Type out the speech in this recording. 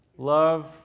Love